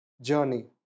journey